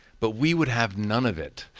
but we would have none of it.